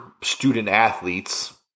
student-athletes